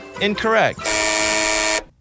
Incorrect